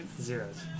Zeros